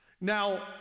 Now